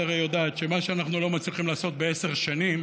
את הרי יודעת שמה שאנחנו לא מצליחים לעשות בעשר שנים,